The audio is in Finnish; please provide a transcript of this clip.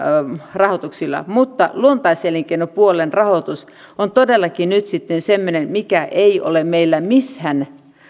rahoituksilla mutta luontaiselinkeinopuolen rahoitus on todellakin nyt sitten semmoinen mikä ei ole meillä missään